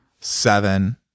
seven